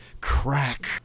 crack